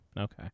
Okay